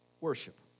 Worship